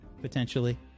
potentially